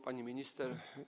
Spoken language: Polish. Pani Minister!